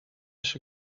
się